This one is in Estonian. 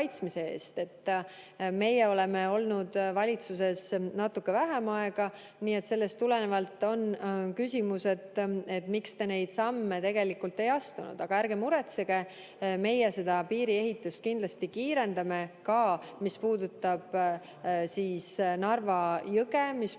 Meie oleme olnud valitsuses natuke vähem aega, nii et sellest tulenevalt on küsimus, miks te neid samme ei astunud. Aga ärge muretsege, meie seda piiriehitust kindlasti kiirendame, ka seda, mis puudutab Narva jõge, mis puudutab